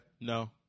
No